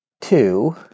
Two